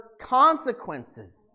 consequences